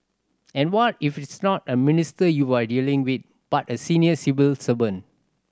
and what if it's not a minister you're dealing with but a senior civil servant